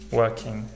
working